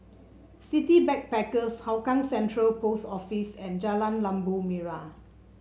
City Backpackers Hougang Central Post Office and Jalan Labu Merah